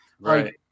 Right